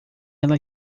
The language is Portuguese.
ela